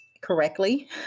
correctly